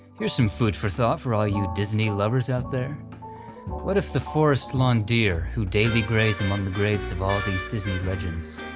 here's some food for thought for all you disney lovers out there what if the forest lawn deer, who daily graze among the graves of all these disney legends,